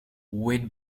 wade